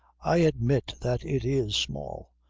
i admit that it is small.